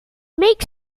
makes